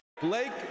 Blake